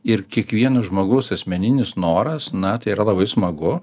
ir kiekvieno žmogaus asmeninis noras na tai yra labai smagu